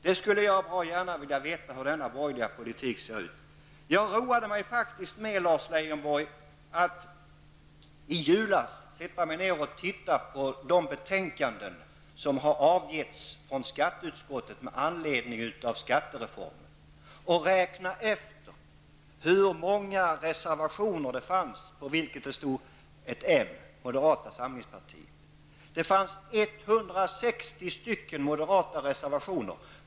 Jag skulle bra gärna vilja veta hur denna borgerliga politik ser ut. I julas roade jag mig med, Lars Leijonborg, att sätta mig ner och se på de betänkanden som avgivits av skatteutskottet med anledning av skattereformen. Jag räknade efter hur många reservationer det fanns på vilka det stod ett m, moderata samlingspartiet. Det fanns 160 moderata reservationer.